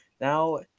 Now